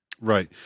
Right